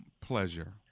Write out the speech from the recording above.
Pleasure